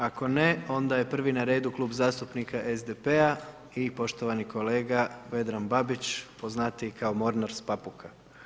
Ako ne, onda je prvi na redu Klub zastupnika SDP-a i poštovani kolega Vedran Babić poznatiji kao Mornar s Papuka.